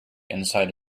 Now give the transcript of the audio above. inside